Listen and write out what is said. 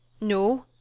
no,